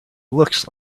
looks